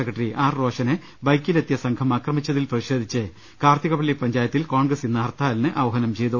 secretary R റോഷനെ ബൈക്കിലെത്തിയ സംഘം ആക്രമിച്ചതിൽ പ്രതിഷേധിച്ച് കാർത്തികപ്പള്ളി പഞ്ചായത്തിൽ കോൺഗ്രസ് ഇന്ന് ഹർത്താലിന് ആഹ്വാനം ചെയ്തു